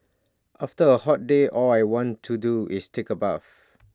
after A hot day all I want to do is take A bath